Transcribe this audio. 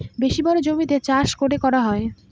বেশি বড়ো জমিতে চাষ করে করা হয়